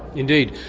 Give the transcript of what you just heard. indeed.